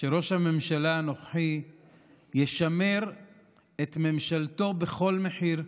ראש הממשלה הנוכחי ישמר את ממשלתו בכל מחיר,